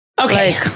Okay